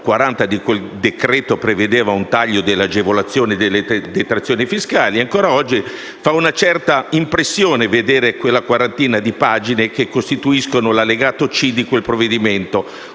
40 di quel decreto-legge prevedeva un taglio delle agevolazioni e delle detrazioni fiscali e, ancora oggi, fa una certa impressione vedere quella quarantina di pagine che costituiscono l'allegato *c)* del provvedimento,